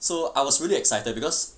so I was really excited because